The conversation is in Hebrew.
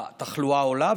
התחלואה עולה,